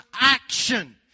action